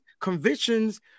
Convictions